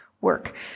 work